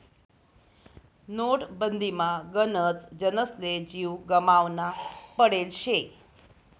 नोटबंदीमा गनच जनसले जीव गमावना पडेल शे